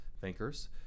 thinkers